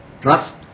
trust